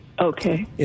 Okay